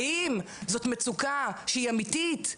האם זאת מצוקה שהיא אמיתית,